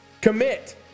Commit